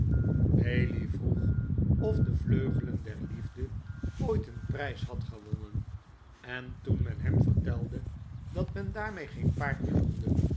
bailey vroeg of de vleugelen der liefde ooit een prijs had gewonnen en toen men hem vertelde dat men daarmee geen paard bedoelde